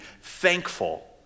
thankful